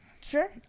Sure